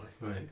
Right